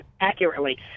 accurately